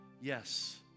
Yes